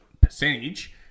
percentage